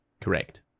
Correct